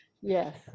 Yes